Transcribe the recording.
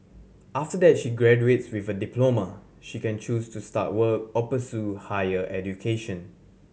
after that she graduates with a diploma she can choose to start work or pursue higher education